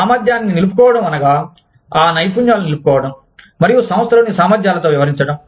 సామర్థ్యాన్ని నిలుపుకోవడం అనగా ఆ నైపుణ్యాలను నిలుపుకోవడం మరియు సంస్థలోని సామర్థ్యాలతో వ్యవహరించడం